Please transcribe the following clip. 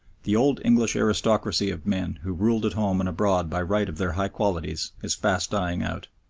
the old english aristocracy of men who ruled at home and abroad by right of their high qualities is fast dying out.